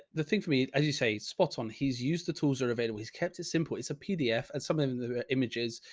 the thing for me, as you say, spot on his use, the tools are available. he's kept it simple. it's a pdf and some of them, and the images,